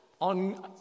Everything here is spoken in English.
on